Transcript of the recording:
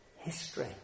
history